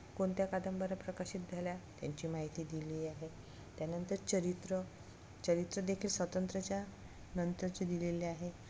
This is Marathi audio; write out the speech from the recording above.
कोणत्या कादंबऱ्या प्रकाशित झाल्या त्यांची माहिती दिली आहे त्यानंतर चरित्र चरित्र देखील स्वातंत्र्याच्या नंतरचे दिलेले आहे